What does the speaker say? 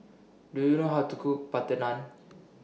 Do YOU know How to Cook Butter Naan